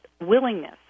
willingness